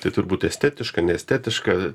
tai turbūt estetiška neestetiška